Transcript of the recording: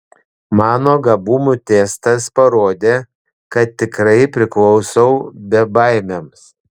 mano gabumų testas parodė kad tikrai priklausau bebaimiams